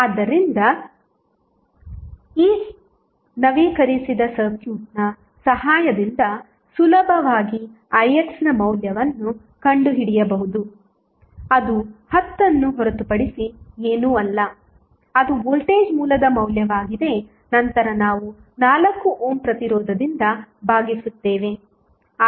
ಆದ್ದರಿಂದ ಈ ನವೀಕರಿಸಿದ ಸರ್ಕ್ಯೂಟ್ನ ಸಹಾಯದಿಂದಸುಲಭವಾಗಿ ix ನ ಮೌಲ್ಯವನ್ನು ಕಂಡುಹಿಡಿಯಬಹುದು ಅದು 10 ಅನ್ನು ಹೊರತುಪಡಿಸಿ ಏನೂ ಅಲ್ಲ ಅದು ವೋಲ್ಟೇಜ್ ಮೂಲದ ಮೌಲ್ಯವಾಗಿದೆ ನಂತರ ನಾವು 4 ಓಮ್ ಪ್ರತಿರೋಧದಿಂದ ಭಾಗಿಸುತ್ತೇವೆ